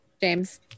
James